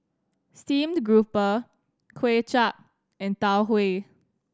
steamed grouper Kuay Chap and Tau Huay